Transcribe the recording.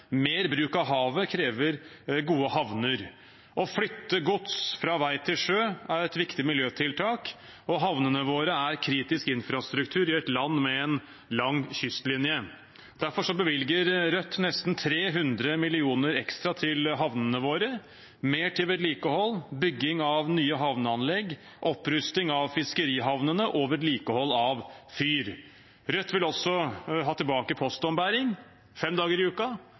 mer bruk av havet krever gode havner. Å flytte gods fra vei til sjø er et viktig miljøtiltak, og havnene våre er kritisk infrastruktur i et land med en lang kystlinje. Derfor bevilger Rødt nesten 300 mill. kr ekstra til havnene våre, mer til vedlikehold, bygging av nye havneanlegg, opprusting av fiskerihavnene og vedlikehold av fyr. Rødt vil også ha tilbake postombæring fem dager i